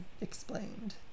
explained